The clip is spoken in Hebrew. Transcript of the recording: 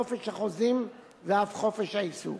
חופש החוזים ואף חופש העיסוק.